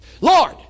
lord